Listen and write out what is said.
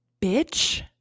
bitch